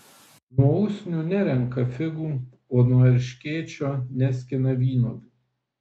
nuo usnių nerenka figų o nuo erškėčio neskina vynuogių